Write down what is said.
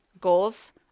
goals